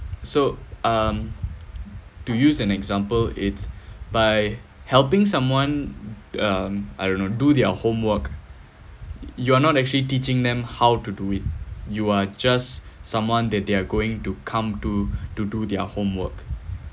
so um to use an example it's by helping someone um I don't know do their homework you are not actually teaching them how to do it you are just someone that they are going to come to to do their homework